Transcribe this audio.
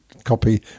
copy